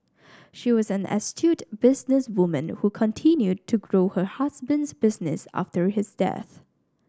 she was an astute businesswoman who continued to grow her husband's business after his death